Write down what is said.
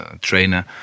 trainer